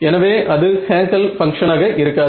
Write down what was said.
எனவே அது ஹேங்கல் பங்ஷனாக இருக்காது